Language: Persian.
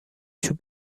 چوب